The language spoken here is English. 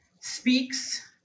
speaks